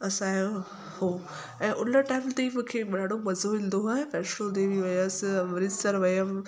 असांजो हुओ ऐं उन टाइम ते मूंखे ॾाढो मज़ो ईंदो आहे वैष्णो देवी वियसि अमृतसर वियमि